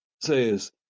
says